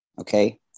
Okay